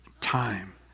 time